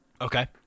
Okay